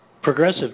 Progressive